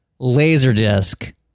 Laserdisc